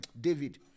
David